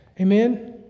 Amen